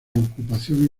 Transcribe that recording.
ocupación